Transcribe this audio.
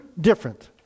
different